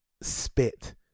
spit